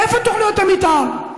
איפה תוכניות המתאר?